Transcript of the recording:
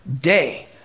day